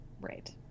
right